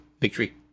victory